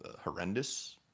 horrendous